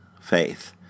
faith